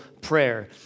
prayer